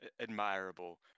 admirable